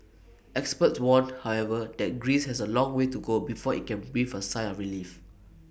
experts warn however that Greece has A long way to go before IT can breathe A sigh of relief